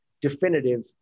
definitive